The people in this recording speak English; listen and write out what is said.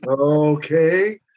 okay